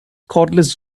cordless